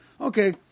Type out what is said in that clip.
Okay